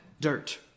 dirt